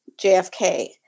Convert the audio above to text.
JFK